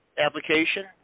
Application